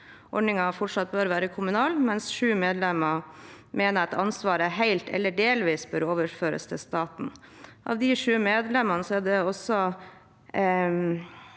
ordningen fortsatt bør være kommunal, mens sju medlemmer mener at ansvaret helt eller delvis bør overføres til staten. Blant de sju medlemmene er det også